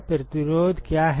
यह प्रतिरोध क्या है